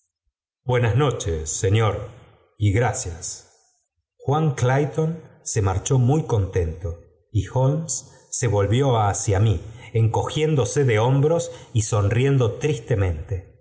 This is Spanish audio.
buenas noches señor y gracias juan clayton se marchó muy contento y holmes se volvió hacia mí encogiéndose de hombros y sonriéndose tristemente